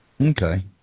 Okay